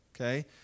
Okay